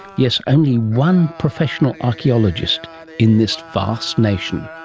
yes only one professional archaeologist in this vast nation.